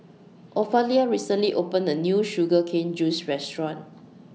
Ofelia recently opened A New Sugar Cane Juice Restaurant